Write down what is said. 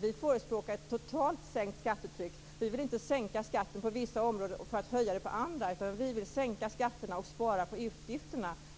vi förespråkar är ett totalt sänkt skattetryck. Vi vill inte sänka skatten på vissa områden och höja den på andra. Vi vill sänka skatterna och spara på utgifterna.